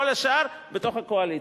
כל השאר בתוך הקואליציה.